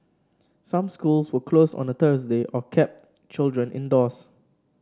some schools were closed on Thursday or kept children indoors